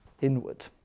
inward